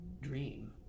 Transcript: dream